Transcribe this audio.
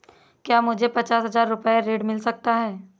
क्या मुझे पचास हजार रूपए ऋण मिल सकता है?